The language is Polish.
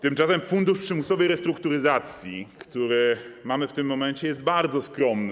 Tymczasem fundusz przymusowej restrukturyzacji, który mamy w tym momencie, jest bardzo skromny.